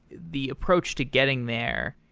the approach to getting there,